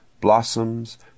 Blossoms